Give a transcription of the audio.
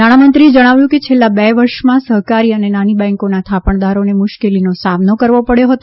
નાણામંત્રીએ જણાવ્યું કે છેલ્લા બે વર્ષમાં સહકારી અને નાની બેન્કોના થાપણદારોને મુશ્કેલીનો સામનો કરવો પડ્યો હતો